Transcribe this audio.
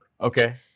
Okay